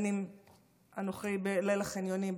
ואנוכי בליל החניונים,